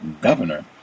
governor